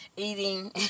eating